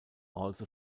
also